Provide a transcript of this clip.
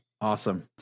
Awesome